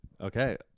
Okay